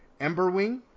Emberwing